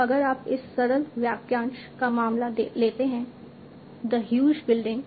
तो अगर आप इस सरल वाक्यांश का मामला लेते हैं द ह्यूज बिल्डिंग